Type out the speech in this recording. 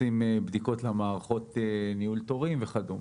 עושים בדיקות למערכות ניהול תורים וכדומה.